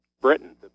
Britain